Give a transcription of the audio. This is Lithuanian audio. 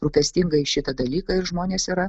rūpestingai į šitą dalyką ir žmonės yra